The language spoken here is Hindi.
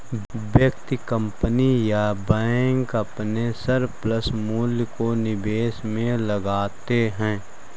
व्यक्ति, कंपनी या बैंक अपने सरप्लस मूल्य को निवेश में लगाते हैं